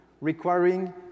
requiring